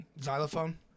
Xylophone